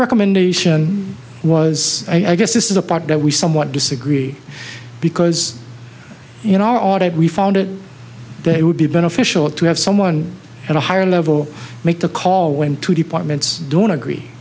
recommendation was i guess this is a part that we somewhat disagree because in our audit we found it they would be beneficial to have someone at a higher level make the call when two departments don't agree